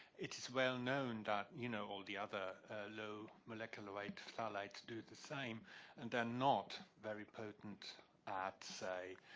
it is well-known that, you know, all the other low molecular weight phthalates do the same and they're not very potent at, say,